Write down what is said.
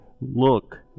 look